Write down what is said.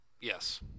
Yes